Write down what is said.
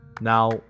now